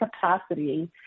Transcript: capacity